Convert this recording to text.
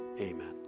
Amen